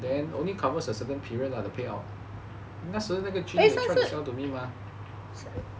then only covers a certain period lah the payout 那是那个谁 try to sell to me mah